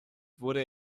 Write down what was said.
wurde